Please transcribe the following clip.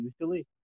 usually